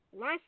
last